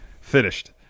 Finished